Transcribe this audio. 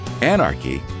Anarchy